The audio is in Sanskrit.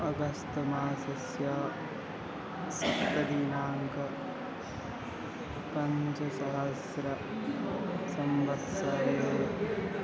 अगस्त् मासस्य अष्टमदिनाङ्कः पञ्चसहस्रसंवत्सरयोः